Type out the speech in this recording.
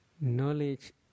knowledge